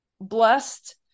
blessed